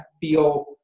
feel